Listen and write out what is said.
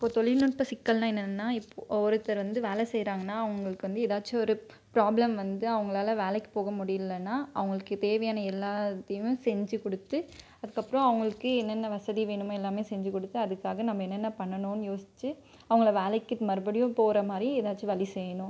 இப்போது தொழில்நுட்ப சிக்கல்னா என்னென்னனா இப்போது ஒருத்தர் வந்து வேலை செய்கிறாங்கன்னா அவங்களுக்கு வந்து ஏதாச்சும் ஒரு பிராப்ளம் வந்து அவங்களால வேலைக்கு போக முடியலைன்னா அவங்களுக்குத் தேவையான எல்லாத்தையும் செஞ்சு கொடுத்து அதுக்கப்றம் அவங்களுக்கு என்னென்ன வசதி வேணுமோ எல்லாம் செஞ்சு கொடுத்து அதுக்காக நம்ம என்னென்ன பண்ணணும்னு யோசித்து அவங்கள வேலைக்கி மறுபடியும் போகிற மாதிரி ஏதாச்சும் வழி செய்யணும்